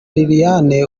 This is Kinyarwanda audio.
liliane